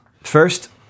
first